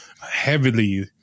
heavily